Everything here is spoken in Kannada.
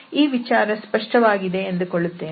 ಈ ವಿಚಾರ ಸ್ಪಷ್ಟವಾಗಿದೆ ಎಂದುಕೊಳ್ಳುತ್ತೇನೆ